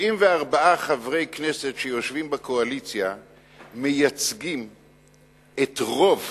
74 חברי הכנסת שיושבים בקואליציה מייצגים את רוב